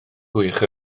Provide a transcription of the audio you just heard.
gwych